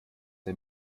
der